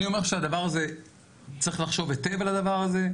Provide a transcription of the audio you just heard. אני אומר שצריך לחשוב היטב על הדבר הזה.